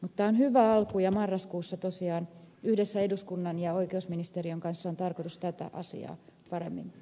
mutta tämä on hyvä alku ja marraskuussa tosiaan yhdessä eduskunnan ja oikeusministeriön kanssa on tarkoitus tätä asiaa paremmin